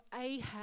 Ahab